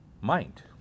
mind